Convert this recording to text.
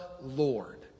Lord